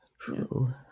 True